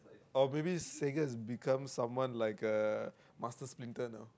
or maybe Sager's becomes someone like uh master splinter now